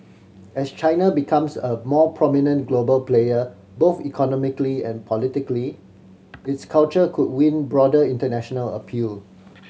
as China becomes a more prominent global player both economically and politically its culture could win broader international appeal